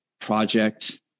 project